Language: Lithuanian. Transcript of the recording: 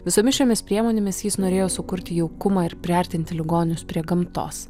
visomis šiomis priemonėmis jis norėjo sukurti jaukumą ir priartinti ligonius prie gamtos